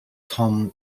tom